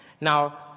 Now